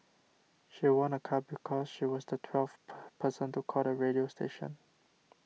she won a car because she was the twelfth person to call the radio station